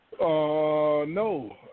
No